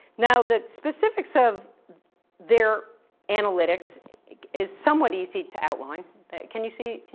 now, the specifics of their analytics is somewhat easy to outline that, can you see? can,